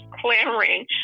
clamoring